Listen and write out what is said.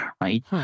right